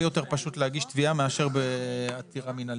יותר פשוט להגיש תביעה מאשר בעתירה מנהלית,